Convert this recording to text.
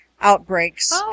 Outbreaks